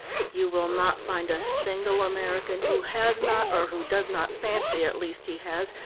you will not find a single american who has not, or who does not fancy at least he has,